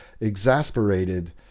exasperated